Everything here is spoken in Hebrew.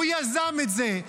הוא יזם את זה,